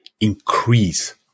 increase